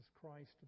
Christ